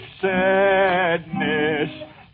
sadness